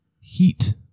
Heat